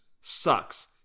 sucks